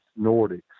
nordics